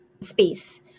space